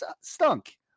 stunk